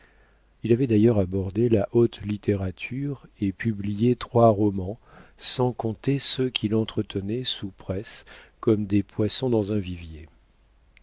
il avait d'ailleurs abordé la haute littérature et publié trois romans sans compter ceux qu'il entretenait sous presse comme des poissons dans un